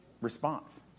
response